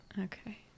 Okay